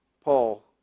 Paul